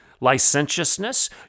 licentiousness